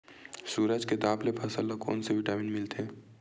सूरज के ताप ले फसल ल कोन ले विटामिन मिल थे?